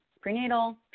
prenatal